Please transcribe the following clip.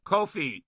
Kofi